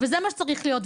וזה מה שצריך להיות.